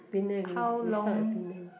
Penang we we stop at Penang